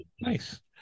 Nice